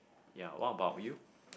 ya what about you